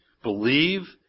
Believe